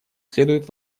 следует